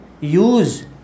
use